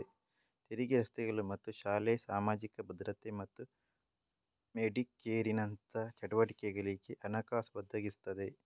ತೆರಿಗೆ ರಸ್ತೆಗಳು ಮತ್ತು ಶಾಲೆ, ಸಾಮಾಜಿಕ ಭದ್ರತೆ ಮತ್ತು ಮೆಡಿಕೇರಿನಂತಹ ಚಟುವಟಿಕೆಗಳಿಗೆ ಹಣಕಾಸು ಒದಗಿಸ್ತದೆ